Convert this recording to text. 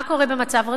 מה קורה במצב רגיל?